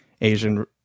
Asian